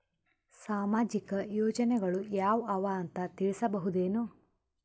ಸಾಮಾಜಿಕ ಯೋಜನೆಗಳು ಯಾವ ಅವ ಅಂತ ತಿಳಸಬಹುದೇನು?